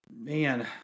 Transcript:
man